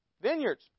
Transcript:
Vineyards